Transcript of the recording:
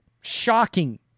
shocking